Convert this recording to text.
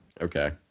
Okay